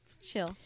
chill